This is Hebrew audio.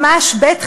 ממש בית חיינו,